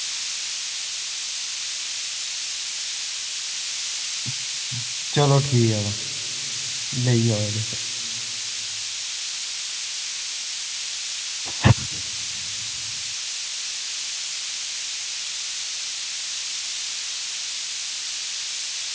चलो ठीक ऐ तां लेई जाओ अड़ेओ